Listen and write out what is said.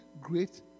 great